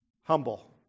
humble